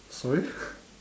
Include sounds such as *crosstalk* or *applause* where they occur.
sorry *laughs*